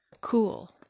cool